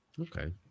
okay